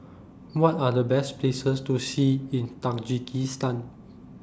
What Are The Best Places to See in Tajikistan